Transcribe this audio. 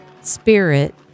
spirit